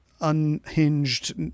unhinged